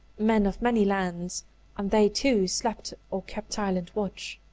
men of many lands and they, too, slept or kept silent watch.